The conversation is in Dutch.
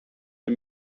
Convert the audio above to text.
een